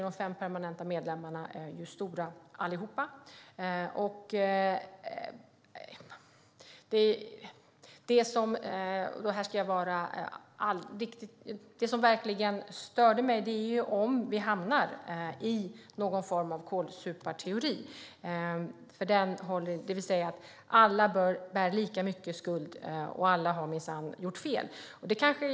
De fem permanenta medlemmarna är ju alla stora. Det som verkligen stör mig är om vi hamnar i någon form av kålsuparteori, det vill säga att alla bär lika mycket skuld och att alla minsann har gjort fel.